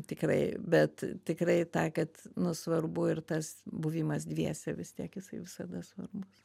tikrai bet tikrai tą kad nu svarbu ir tas buvimas dviese vis tiek jisai visada svarbus